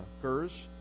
occurs